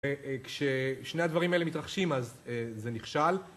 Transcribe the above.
כששני הדברים האלה מתרחשים אז זה נכשל